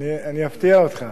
אני אפתיע אותך.